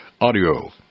audio